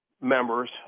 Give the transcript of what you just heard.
members